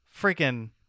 freaking